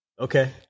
Okay